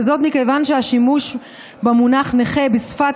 וזאת מכיוון שהשימוש במונח "נכה" בשפת